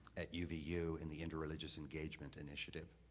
at uvu, and the interreligious engagement initiative.